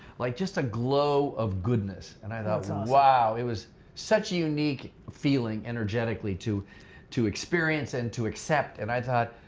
like just a glow of goodness and i thought, wow. it was such a unique feeling, energetically to to experience and to accept. and i thought,